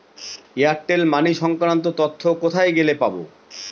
Airtel money সংক্রান্ত তথ্য কোথায় গেলে পাব?